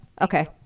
Okay